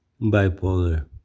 bipolar